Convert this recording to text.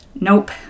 Nope